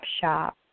shop